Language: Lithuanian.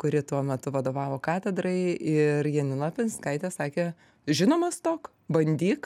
kuri tuo metu vadovavo katedrai ir janina lapinskaitė sakė žinoma stok bandyk